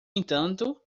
entanto